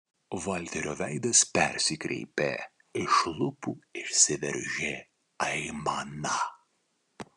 valterio veidas persikreipė iš lūpų išsiveržė aimana